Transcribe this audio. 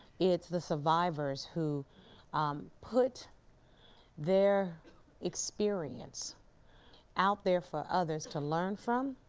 it's the survivors who um put their experience out there for others to learn from,